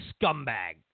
scumbag